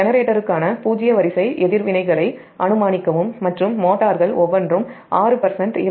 ஜெனரேட்டருக்கான பூஜ்ஜிய வரிசை எதிர்வினைகளை அனுமானிக்கவும் மற்றும் மோட்டார்கள் ஒவ்வொன்றும் 6